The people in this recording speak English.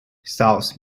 south